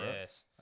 Yes